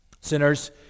Sinners